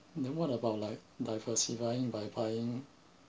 then what about like diversifying by buying